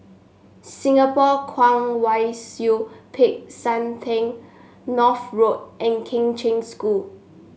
Singapore Kwong Wai Siew Peck San Theng North Road and Kheng Cheng School